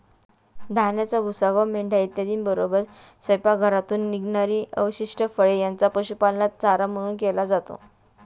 धान्याचा भुसा व पेंढा इत्यादींबरोबरच स्वयंपाकघरातून निघणारी अवशिष्ट फळे यांचा पशुपालनात चारा म्हणून केला जातो